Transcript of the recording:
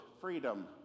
freedom